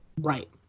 Right